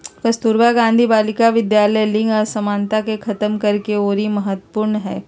कस्तूरबा गांधी बालिका विद्यालय लिंग असमानता के खतम करेके ओरी महत्वपूर्ण हई